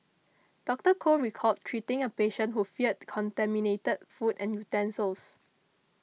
Doctor Koh recalled treating a patient who feared contaminated food and utensils